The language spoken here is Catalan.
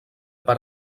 per